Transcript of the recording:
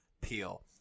peel